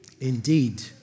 indeed